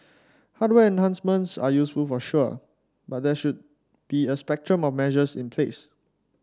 hardware enhancements are useful for sure but there should be a spectrum of measures in place